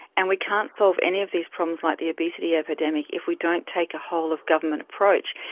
and we can't solve any of these problems like the obesity epidemic if we don't take a whole-of-government approach.